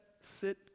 sit